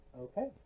Okay